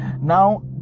now